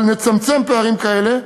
אבל נצמצם פערים כאלה.